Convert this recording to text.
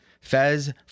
Fez